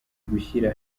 gushyira